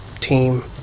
team